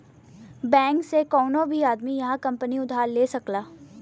bank से कउनो भी आदमी या कंपनी उधार ले सकला